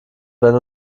wenn